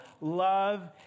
love